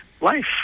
life